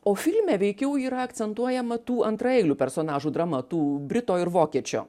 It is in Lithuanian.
o filme veikiau yra akcentuojama tų antraeilių personažų drama tų brito ir vokiečio